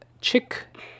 chick